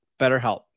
BetterHelp